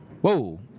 Whoa